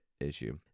issue